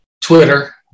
Twitter